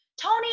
Tony